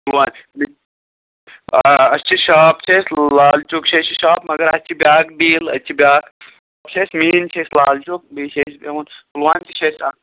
پُلوامہ ٹھیٖک آ اَسہِ چھِ شاپ چھِ اَسہِ لال چوک چھُ اَسہِ شاپ مگر اَسہِ چھِ بیٛاکھ بیٖل أسۍ چھِ بیٛاکھ چھِ اَسہِ مین چھِ اَسہِ لال چوک بیٚیہِ چھِ أسۍ پٮ۪ومُت پُلوامہِ تہِ چھُ اَسہِ اکھ